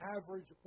average